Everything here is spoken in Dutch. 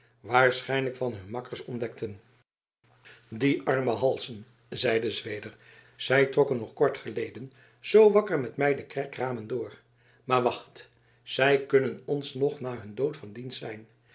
waarschijnlijk van hun makkers ontdekten die arme halzen zeide zweder zij trokken nog kort geleden zoo wakker met mij de kerkramen door maar wacht zij kunnen ons nog na hun dood van dienst zijn